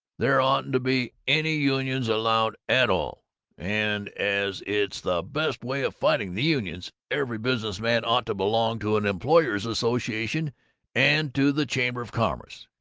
there oughtn't to be any unions allowed at all and as it's the best way of fighting the unions, every business man ought to belong to an employers'-association and to the chamber of commerce.